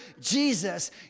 Jesus